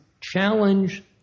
challenge